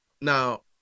Now